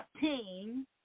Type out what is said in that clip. team